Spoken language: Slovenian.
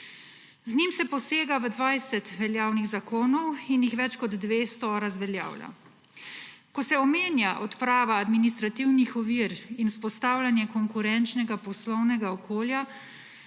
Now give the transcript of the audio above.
Z njim se posega v 20 veljavnih zakonov in jih več kot 200 razveljavlja. Ko se omenja odprava administrativnih ovir in vzpostavljanje konkurenčnega poslovnega okolja,